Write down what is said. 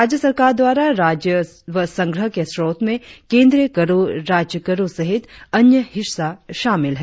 राज्य सरकार द्वारा राजस्व संग्रह के स्रोत में केंद्रीय करो राज्य करो सहित अन्य हिस्सा शामिल है